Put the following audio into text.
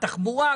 התחבורה,